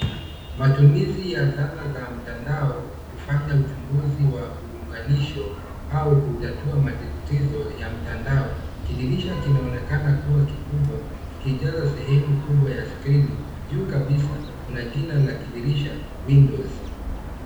Matumizi ya zana za mtandao, kufanya uchunguzi wa uunganisho, au kutatua matatizo ya mtandao. Kidirisha kinaonekana kuwa kikubwa, kikijaza sehemu kubwa ya skrini. Juu kabisa, kuna jina la kidirisha, windows .